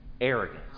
arrogance